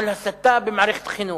על הסתה במערכת החינוך,